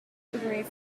degree